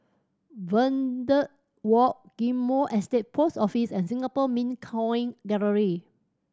Verde Walk Ghim Moh Estate Post Office and Singapore Mint Coin Gallery